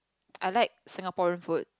I like Singaporean food